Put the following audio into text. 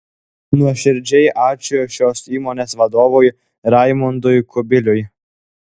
nuoširdžiai ačiū šios įmonės vadovui raimundui kubiliui